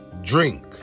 Drink